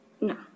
No